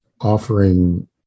offering